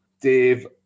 Dave